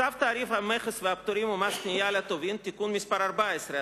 צו תעריף המכס והפטורים ומס קנייה על טובין (תיקון מס' 14),